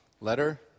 letter